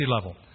level